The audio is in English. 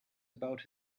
about